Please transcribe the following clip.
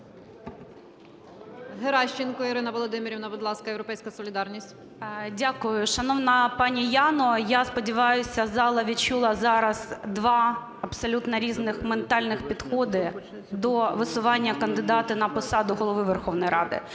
Геращенко Ірина Володимирівна, будь ласка, "Європейська солідарність". 14:48:02 ГЕРАЩЕНКО І.В. Дякую. Шановна пані Яно, я сподіваюся, зала відчула зараз два абсолютно різні ментальні підходи до висування кандидатів на посаду Голови Верховної Ради.